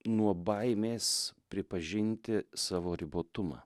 nuo baimės pripažinti savo ribotumą